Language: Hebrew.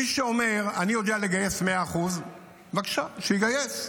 מי שאומר: אני יודע לגייס 100% בבקשה, שיגייס.